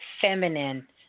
feminine